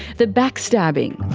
the backstabbing.